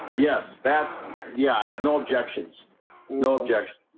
yes, that's yeah, i have no objections no objections